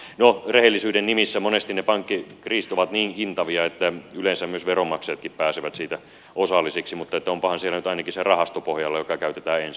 no rehellisyyden nimissä monesti ne pankkikriisit ovat niin hintavia että yleensä myös veronmaksajatkin pääsevät niistä osallisiksi mutta onpahan siellä nyt ainakin se rahasto pohjalla joka käytetään ensin